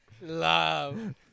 Love